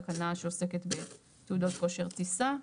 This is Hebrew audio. תקנה שעוסקת בתעודות כושר טיסה.